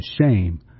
shame